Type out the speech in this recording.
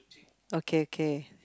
okay okay